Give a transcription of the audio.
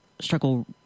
struggle